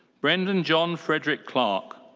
brendan john frederick clarke.